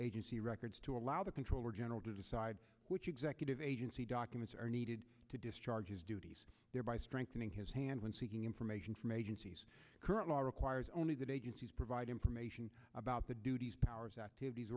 agency records to allow the controller general to decide which executive agency documents are needed to discharge his duties thereby strengthening his hand when seeking information from agency current law requires only that agencies provide information about the duties powers activities